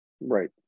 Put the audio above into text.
right